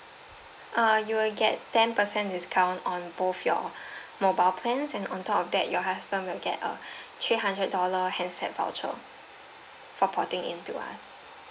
uh you will get ten percent discount on both your mobile plans and on top of that your husband will get a three hundred dollar handset voucher for porting in to us